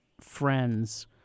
friends